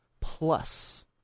Plus